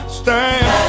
stand